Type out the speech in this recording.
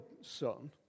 son